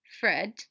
Fred